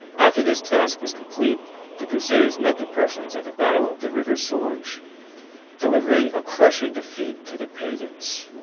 after this task was complete the crusaders met the prussians at the battle of the river sorge delivering a crushing defeat to the pagans